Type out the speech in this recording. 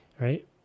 right